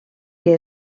que